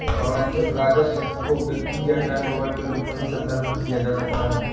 वाणिज्यिक राजस्व को बिक्री या टर्नओवर के रूप में भी संदर्भित किया जा सकता है